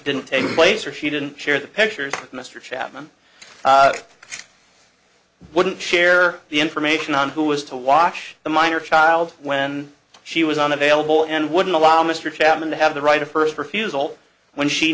didn't take place or she didn't share the pictures mr chapman wouldn't share the information on who was to watch the minor child when she was unavailable and wouldn't allow mr chapman to have the right of first refusal when she